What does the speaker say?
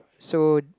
so